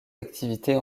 activités